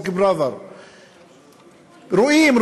רואים,